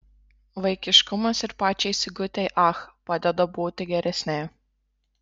vaikiškumas ir pačiai sigutei ach padeda būti geresnei